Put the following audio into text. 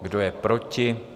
Kdo je proti?